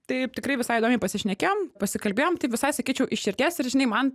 taip tikrai visai įdomiai pasišnekėjom pasikalbėjom taip visai sakyčiau iš širdies ir žinai man